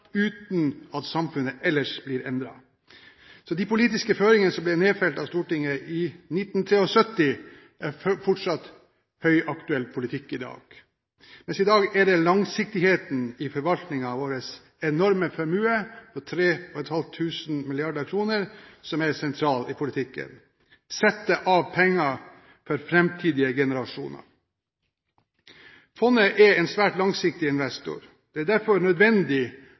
uten at samfunnet ellers blir endret». De politiske føringene som ble nedfelt av Stortinget i 1973, er fortsatt høyaktuell politikk i dag. I dag er det langsiktigheten i forvaltningen av vår enorme formue på 3 500 mrd. kr som er sentral i politikken – det å sette av penger for framtidige generasjoner. Fondet er en svært langsiktig investor. Det er derfor nødvendig